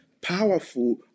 powerful